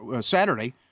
Saturday